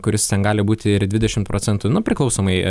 kuris ten gali būti ir dvidešimt procentų nu priklausomai